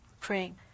praying